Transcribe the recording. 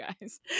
guys